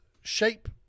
shape